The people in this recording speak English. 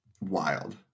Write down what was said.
Wild